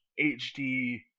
HD